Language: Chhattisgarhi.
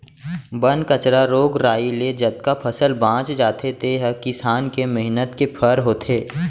बन कचरा, रोग राई ले जतका फसल बाँच जाथे तेने ह किसान के मेहनत के फर होथे